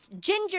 Ginger